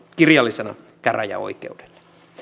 kirjallisena käräjäoikeudelle